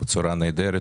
בצורה נהדרת